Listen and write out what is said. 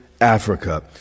Africa